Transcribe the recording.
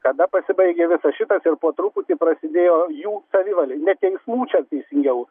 kada pasibaigė visas šitas ir po truputį prasidėjo jų savivalė teismų čia teisingiau